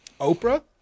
Oprah